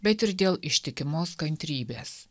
bet ir dėl ištikimos kantrybės